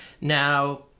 Now